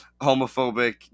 homophobic